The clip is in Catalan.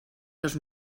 dos